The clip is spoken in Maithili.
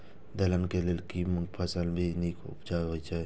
दलहन के लेल भी मूँग फसल भी नीक उपजाऊ होय ईय?